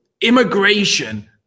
immigration